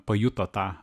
pajuto tą